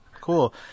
Cool